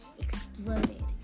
exploded